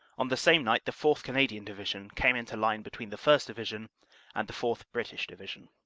on the same night the fourth. canadian division came into line between the first. division and the fourth. british division.